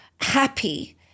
happy